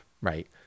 right